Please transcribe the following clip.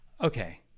okay